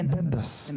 אני